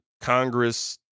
Congress